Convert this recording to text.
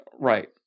Right